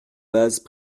bases